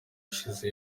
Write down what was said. ishize